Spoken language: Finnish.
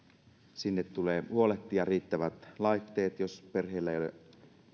sinne tulee huolehtia riittävät laitteet jos perheellä ei ole